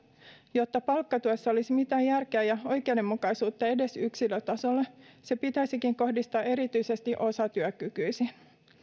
jotta palkkatuessa olisi mitään järkeä ja oikeudenmukaisuutta edes yksilötasolla se pitäisikin kohdistaa erityisesti osatyökykyisiin